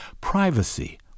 Privacy